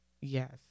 Yes